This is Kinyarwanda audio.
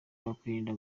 wakwirinda